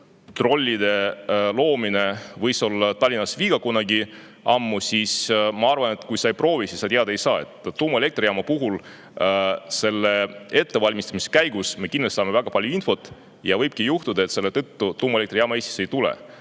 kasutusele võtmine võis olla Tallinnas kunagi ammu viga. Aga ma arvan, et kui sa ei proovi, siis sa teada ei saa. Tuumaelektrijaama puhul saame me selle ettevalmistamise käigus kindlasti väga palju infot ja võibki juhtuda, et selle tõttu tuumaelektrijaama Eestisse ei tule.